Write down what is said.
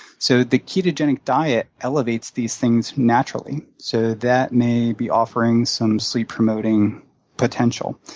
so the ketogenic diet elevates these things naturally, so that may be offering some sleep-promoting potential.